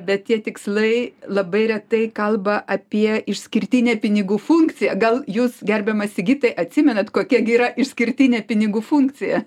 bet tie tikslai labai retai kalba apie išskirtinę pinigų funkciją gal jūs gerbiamas sigitai atsimenat kokia gi yra išskirtinė pinigų funkcija